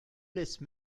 laisse